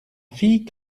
fille